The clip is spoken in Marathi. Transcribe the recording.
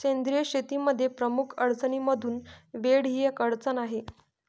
सेंद्रिय शेतीमध्ये प्रमुख अडचणींमधून वेळ ही एक अडचण आहे